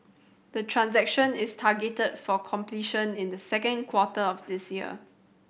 the transaction is targeted for completion in the second quarter of this year